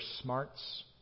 smarts